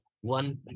one